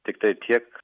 tiktai tiek